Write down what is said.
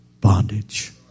bondage